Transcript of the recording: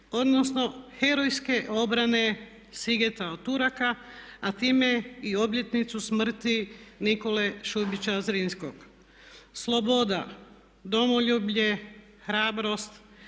odnosno herojske obrane Sigeta od Turaka a time i obljetnicu smrti Nikole Šubića Zrinskog. Sloboda, domoljublje, hrabrost